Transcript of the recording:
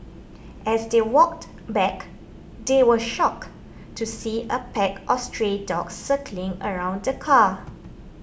as they walked back they were shocked to see a pack of stray dogs circling around the car